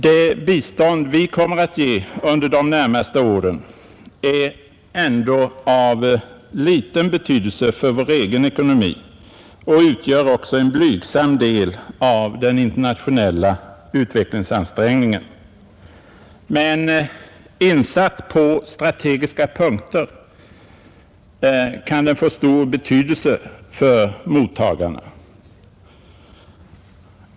Det bistånd vi kommer att ge under de närmaste åren är ändå av liten betydelse för vår egen ekonomi och utgör också en blygsam del av den internationella utvecklingsansträngningen, men insatt på strategiska punkter kan den få stor betydelse för mottagarna.